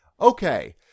Okay